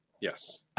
Yes